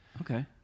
Okay